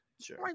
Sure